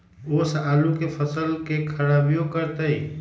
ओस आलू के फसल के खराबियों करतै?